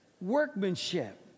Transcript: workmanship